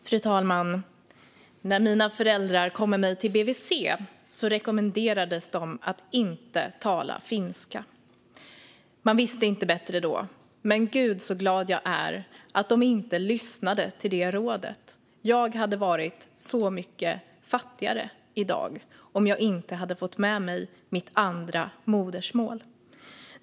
Fru talman! När mina föräldrar kom med mig till BVC rekommenderades de att inte tala finska. Man visste inte bättre då, men gud så glad jag är att de inte lyssnade till det rådet - jag hade varit så mycket fattigare i dag om jag inte hade fått med mig mitt andra modersmål.